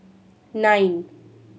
nine